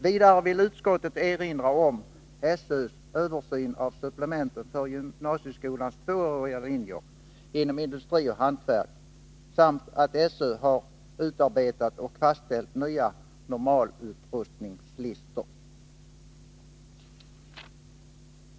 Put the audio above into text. Vidare vill utskottet erinra om SÖ:s översyn av supplementen för gymnasieskolans tvååriga linjer inom industri och hantverk samt att SÖ har utarbetat och fastställt nya normalutrustningslistor.